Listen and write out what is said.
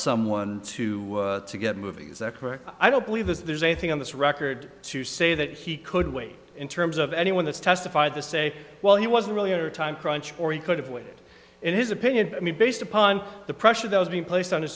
someone to to get moving is that correct i don't believe there's anything on this record to say that he could wait in terms of anyone that's testified to say well he wasn't really or time crunch or he could have weighed in his opinion i mean based upon the pressure that was being placed on